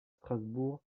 strasbourg